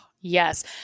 yes